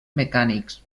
mecànics